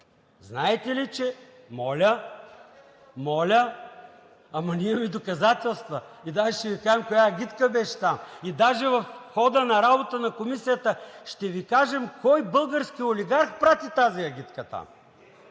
от ДБ.) Моля? Моля? Ама ние имаме доказателства. Даже ще Ви кажем коя агитка беше там. Даже в хода на работата на комисията ще Ви кажем кой български олигарх прати тази агитка там.